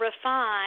refine